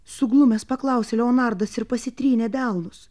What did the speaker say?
suglumęs paklausė leonardas ir pasitrynė delnus